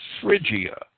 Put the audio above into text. Phrygia